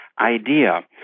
idea